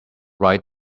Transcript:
right